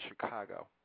Chicago